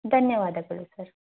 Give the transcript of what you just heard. ಧನ್ಯವಾದಗಳು ಸರ್